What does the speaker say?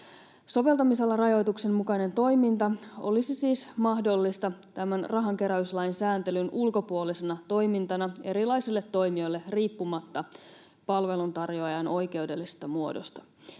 Soveltamisalarajoituksen mukainen toiminta olisi siis mahdollista tämän rahankeräyslain sääntelyn ulkopuolisena toimintana erilaisille toimijoille riippumatta palveluntarjoajan oikeudellisesta muodosta.